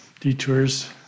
detours